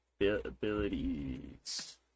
abilities